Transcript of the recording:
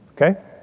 Okay